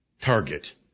target